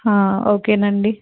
okay నండి